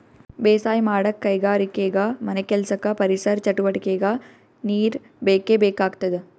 ಬೇಸಾಯ್ ಮಾಡಕ್ಕ್ ಕೈಗಾರಿಕೆಗಾ ಮನೆಕೆಲ್ಸಕ್ಕ ಪರಿಸರ್ ಚಟುವಟಿಗೆಕ್ಕಾ ನೀರ್ ಬೇಕೇ ಬೇಕಾಗ್ತದ